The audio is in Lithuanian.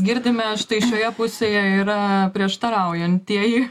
girdime štai šioje pusėje yra prieštaraujantieji